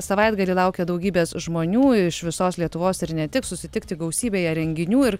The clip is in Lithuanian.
savaitgalį laukia daugybės žmonių iš visos lietuvos ir ne tik susitikti gausybėje renginių ir